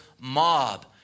mob